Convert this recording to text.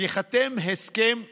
ייחתם הסכם שלום.